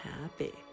happy